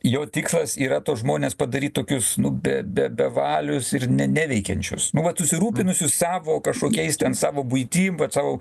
jo tikslas yra tuos žmones padaryt tokius nu be be bevalius ir ne neveikiančius nu vat susirūpinusius savo kažkokiais ten savo buitim vat savo